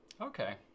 okay